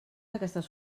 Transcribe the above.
aquestes